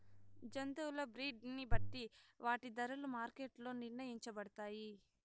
జంతువుల బ్రీడ్ ని బట్టి వాటి ధరలు మార్కెట్ లో నిర్ణయించబడతాయి